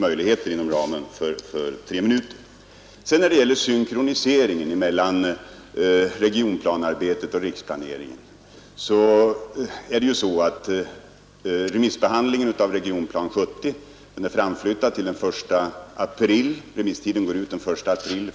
Beträffande synkroniseringen mellan regionplanearbetet och riksplaneringen vill jag framhålla, att remisstiden för Regionplan 70 är framflyttad till den 1 april.